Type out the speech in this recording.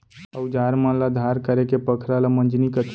अउजार मन ल धार करेके पखरा ल मंजनी कथें